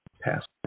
past